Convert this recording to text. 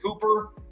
Cooper